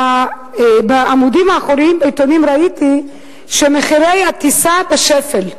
בעמודים האחוריים בעיתונים ראיתי שמחירי הטיסה בשפל.